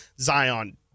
Zion